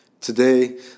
Today